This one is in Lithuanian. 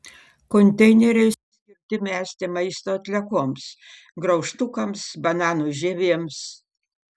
konteineriai skirti mesti maisto atliekoms graužtukams bananų žievėms